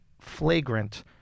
Flagrant